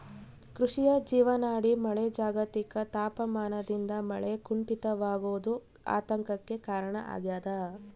ಕೃಷಿಯ ಜೀವನಾಡಿ ಮಳೆ ಜಾಗತಿಕ ತಾಪಮಾನದಿಂದ ಮಳೆ ಕುಂಠಿತವಾಗೋದು ಆತಂಕಕ್ಕೆ ಕಾರಣ ಆಗ್ಯದ